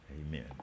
amen